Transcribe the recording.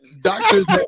Doctors